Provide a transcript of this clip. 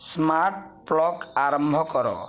smart plug ଆରମ୍ଭ କର